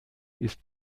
ist